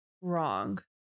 wrong